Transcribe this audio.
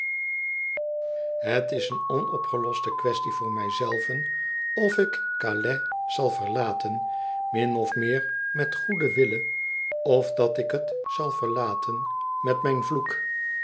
het is eene onopgeloste quaestie voor mij zelven of ik ca la is zal verlaten min of meer met goeden wille of dat ik t zal verlaten met mijn vloek